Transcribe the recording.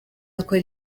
akora